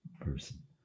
person